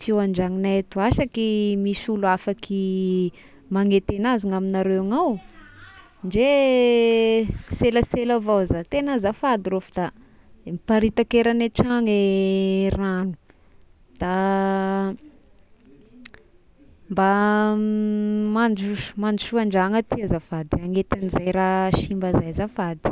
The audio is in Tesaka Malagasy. tuyau an-dragnonay atoy, asa ky misy olo afaky magnety anazy ny amignareo agnao! Ndre selasela avao zah, tegna azafady rô fa da miparitaky eragn'ny tragno e ragno da mba mandroso- mandrosoà an-dragno aty azafady hagnety an'izay raha simba izay azafady.